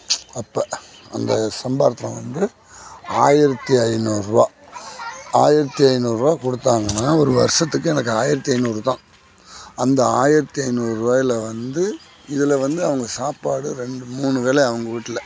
அப்போ அந்த சம்பாரத்தில் வந்து ஆயிரத்தி ஐந்நூறுபா ஆயிரத்தி ஐந்நூறுபா கொடுத்தாங்கன்னா ஒரு வருஷத்துக்கு எனக்கு ஆயிரத்தி ஐந்நூறு தான் அந்த ஆயிரத்தி ஐந்நூறுபாயில வந்து இதில் வந்து அவங்க சாப்பாடு ரெண்டு மூணு வேளை அவங்க வீட்டில்